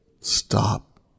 stop